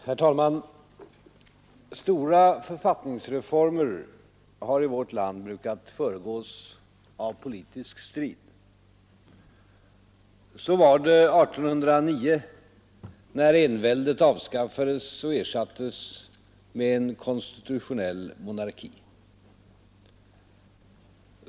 Herr talman! Stora författningsreformer har i vårt land brukat föregås av politisk strid Så var det 1809 när enväldet avskaffades och ersattes med konstitutio nell monarki.